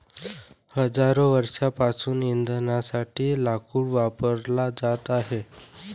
हजारो वर्षांपासून इंधनासाठी लाकूड वापरला जात आहे